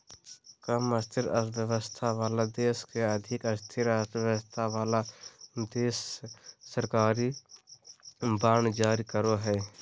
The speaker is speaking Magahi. कम स्थिर अर्थव्यवस्था वाला देश के अधिक स्थिर अर्थव्यवस्था वाला देश सरकारी बांड जारी करो हय